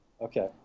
Okay